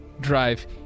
drive